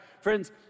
Friends